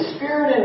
Spirit